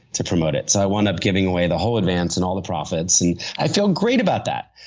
to promote it. so, i wind up giving away the whole advance and all the profits and i feel great about that.